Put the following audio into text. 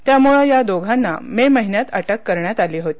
त्यामुळे या दोघांना मे महिन्यात अटक करण्यात आली होती